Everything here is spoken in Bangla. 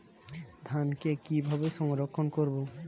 ধানকে কিভাবে সংরক্ষণ করব?